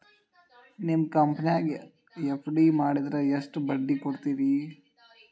ನಿಮ್ಮ ಕಂಪನ್ಯಾಗ ಎಫ್.ಡಿ ಮಾಡಿದ್ರ ಎಷ್ಟು ಬಡ್ಡಿ ಕೊಡ್ತೇರಿ?